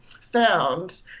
found